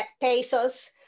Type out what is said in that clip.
pesos